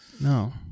No